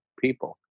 people